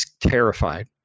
terrified